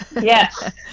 Yes